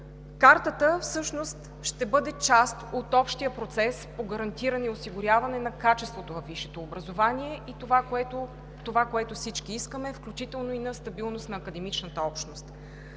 Картата всъщност ще бъде част от общия процес по гарантиране и осигуряване на качеството във висшето образование и това, което всички искаме, включително и на стабилност на академичната общност.